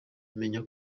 menya